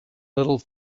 little